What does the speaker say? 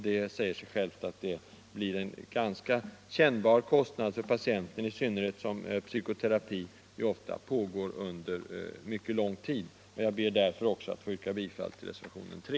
Det säger sig självt att det blir en ganska kännbar utgift för patienten, i synnerhet som psykoterapi ofta pågår under mycket lång tid. Jag ber därför också att få yrka bifall till reservationen 3.